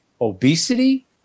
obesity